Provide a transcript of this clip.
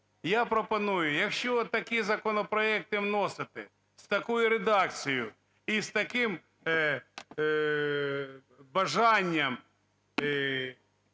Я пропоную, якщо такі законопроекти вносити з такою редакцією і з таким бажанням